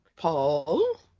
Paul